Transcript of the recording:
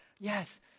yes